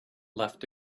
left